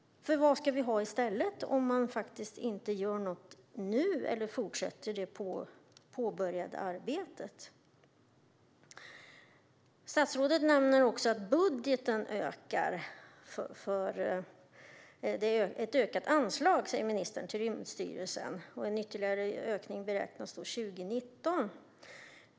Vad ska vi ha i stället om man inte gör något nu och inte fortsätter det påbörjade arbetet? Statsrådet nämner att anslaget till Rymdstyrelsen i budgeten ökar och att en ytterligare ökning beräknas till 2019.